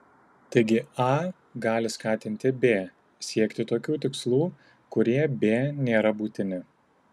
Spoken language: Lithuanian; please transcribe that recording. taigi a gali skatinti b siekti tokių tikslų kurie b nėra būtini